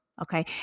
Okay